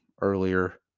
earlier